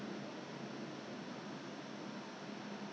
I think is I don't know is 痒 but 痛 is because